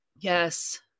Yes